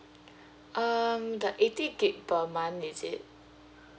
um the eighty gigabyte per month is it